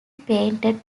painted